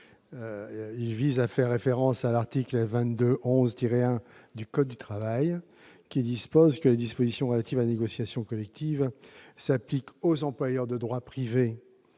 Il s'agit de faire référence à l'article L. 2211-1 du code du travail qui dispose que les dispositions relatives à la négociation collective s'appliquent aux employeurs de droit privé